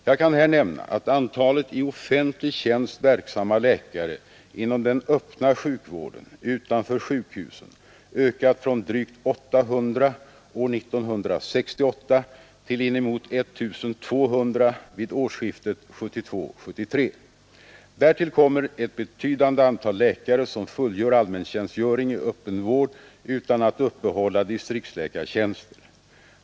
Jag kan här nämna att antalet i offentlig tjänst verksamma läkare inom den öppna sjukvården utanför sjukhusen ökat från drygt 800 år 1968 till inemot 1200 vid årsskiftet 1972—1973. Därtill kommer ett betydande antal läkare som fullgör allmäntjänstgöring i öppen vård utan att uppehålla distriktsläkartjänster.